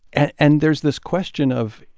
and and there's this question of,